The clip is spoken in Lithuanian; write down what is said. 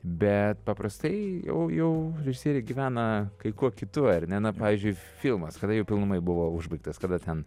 bet paprastai jau jau režisieriai gyvena kai kuo kitu ar ne na pavyzdžiui filmas kada jau pilnumoj buvo užbaigtas kada ten